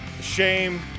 shame